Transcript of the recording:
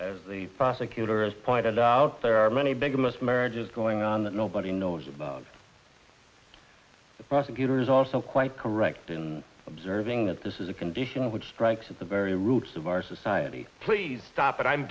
as the prosecutor has pointed out there are many big most marriages going on that nobody knows about the prosecutors also quite correct in observing that this is a condition which strikes at the very roots of our society please stop it i'm